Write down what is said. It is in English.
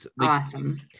awesome